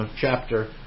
chapter